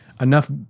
enough